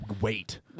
Wait